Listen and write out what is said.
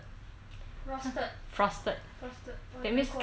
very weird and they they will condense inside